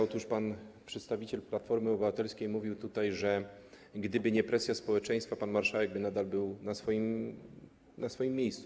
Otóż pan przedstawiciel Platformy Obywatelskiej mówił tutaj, że gdyby nie presja społeczeństwa, pan marszałek nadal byłby na swoim miejscu.